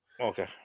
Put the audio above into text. Okay